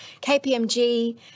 KPMG